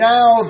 Now